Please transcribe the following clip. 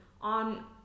on